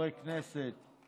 חברי כנסת,